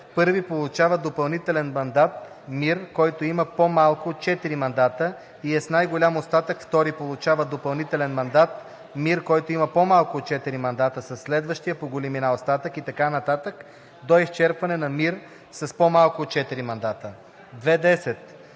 Първи получава допълнителен мандат МИР, който има по-малко от 4 мандата и е с най-голям остатък, втори получава допълнителен мандат МИР, който има по-малко от 4 мандата със следващия по големина остатък и така нататък до изчерпване на МИР с по-малко от 4 мандата. 2.10.